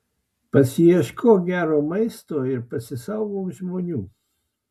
pasiieškok gero maisto ir pasisaugok žmonių